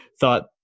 thought